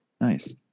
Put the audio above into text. Nice